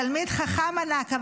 תלמיד חכם ענק,